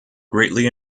greatly